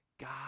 God